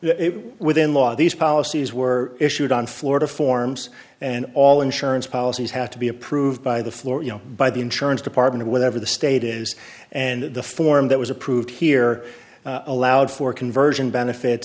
w within law these policies were issued on florida forms and all insurance policies have to be approved by the floor you know by the insurance department whatever the state is and the form that was approved here allowed for conversion benefits